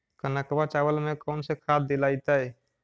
कनकवा चावल में कौन से खाद दिलाइतै?